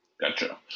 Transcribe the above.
Gotcha